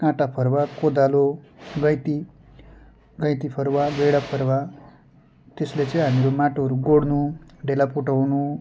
काँटा फरुवा कोदालो गैँती गैँती फरुवा गैँडा फरुवा त्यसले चाहिँ हाम्रो माटोहरू गोड्नु ढेला फुटाउनु